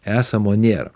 esamo nėra